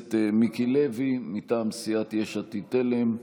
הכנסת מיקי לוי, מטעם סיעת יש עתיד-תל"ם.